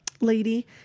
lady